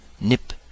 nip